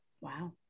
Wow